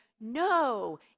No